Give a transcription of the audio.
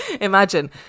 Imagine